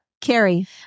Carrie